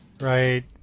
Right